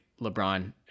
LeBron